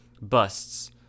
busts